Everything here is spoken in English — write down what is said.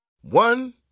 One